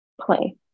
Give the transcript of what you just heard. play